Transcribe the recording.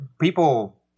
people